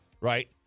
right